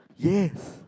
yes